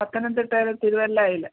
പത്തനംതിട്ടയിൽ തിരുവല്ലയിൽ